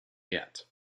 yet